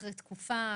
אחרי תקופה,